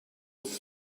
was